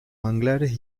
manglares